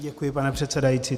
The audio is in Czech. Děkuji, pane předsedající.